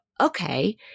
okay